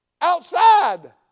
outside